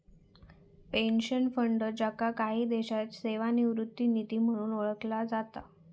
pension fund, ज्याका काही देशांत सेवानिवृत्ती निधी म्हणून सुद्धा ओळखला जाता